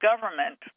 government